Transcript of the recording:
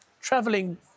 traveling